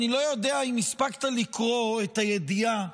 אני לא יודע אם הספקת לקרוא את הידיעה